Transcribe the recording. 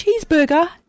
Cheeseburger